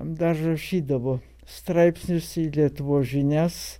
dar rašydavo straipsnius į lietuvos žinias